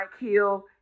Hill